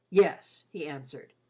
yes, he answered,